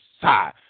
side